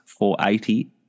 $480